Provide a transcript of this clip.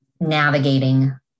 navigating